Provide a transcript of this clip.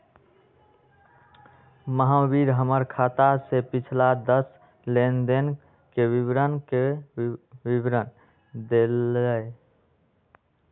महावीर हमर खाता के पिछला दस लेनदेन के विवरण के विवरण देलय